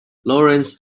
lawrence